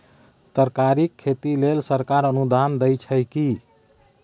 तरकारीक खेती लेल सरकार अनुदान दै छै की?